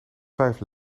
vijf